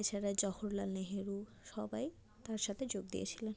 এছাড়া জহরলাল নেহেরু সবাই তার সাথে যোগ দিয়েছিলেন